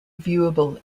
viewable